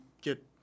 get